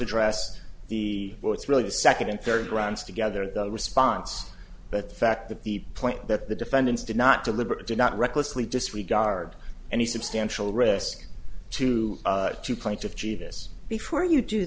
address the courts really the second and third rounds together the response but the fact that the point that the defendants did not deliberate did not recklessly disregard any substantial risk to two points of gee this before you do